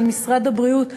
של משרד הבריאות,